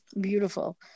Beautiful